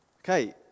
Okay